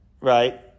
right